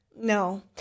No